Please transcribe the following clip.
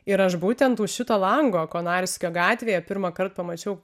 ir aš būtent už šito lango konarskio gatvėje pirmąkart pamačiau